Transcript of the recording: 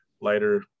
lighter